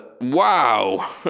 wow